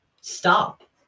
stop